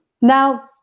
Now